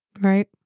Right